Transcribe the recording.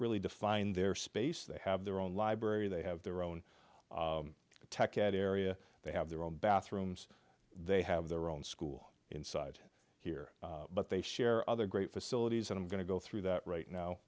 really define their space they have their own library they have their own tech at area they have their own bathrooms they have their own school inside here but they share other great facilities and i'm going to go through that right